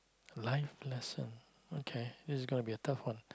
life lesson okay this is gonna be a tough one